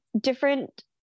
different